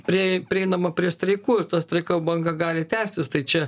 prie prieinama prie streikų streiko banga gali tęstis tai čia